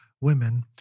women